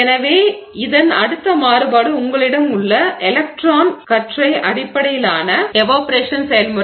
எனவே இதன் அடுத்த மாறுபாடு உங்களிடம் உள்ள எலக்ட்ரான் கற்றை அடிப்படையிலான எவாப்பொரேஷன் செயல்முறை ஆகும்